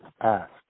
asked